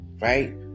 right